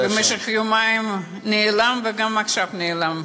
כן, במשך יומיים הוא נעלם, וגם עכשיו, נעלם.